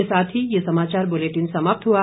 इसी के साथ ये समाचार बुलेटिन समाप्त हुआ